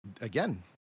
again